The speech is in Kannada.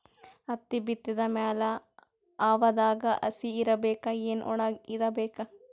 ಹತ್ತಿ ಬಿತ್ತದ ಮ್ಯಾಲ ಹವಾದಾಗ ಹಸಿ ಇರಬೇಕಾ, ಏನ್ ಒಣಇರಬೇಕ?